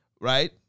Right